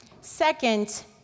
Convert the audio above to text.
Second